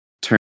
turn